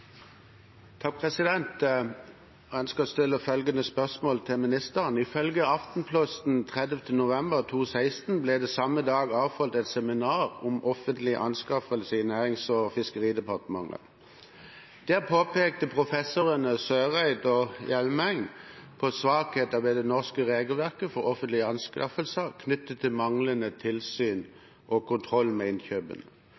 til ministeren: «Ifølge Aftenposten 30. november 2016 ble det samme dag avholdt et seminar om offentlige anskaffelser i Nærings- og fiskeridepartementet. Der pekte professorene Søreide og Hjelmeng på svakheter med det norske regelverket for offentlige anskaffelser, knyttet til manglende